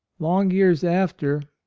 long years after,